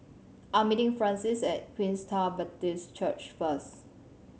I'm meeting Francine at Queenstown Baptist Church first